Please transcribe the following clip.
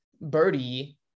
birdie